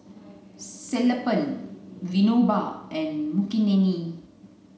Sellapan Vinoba and Makineni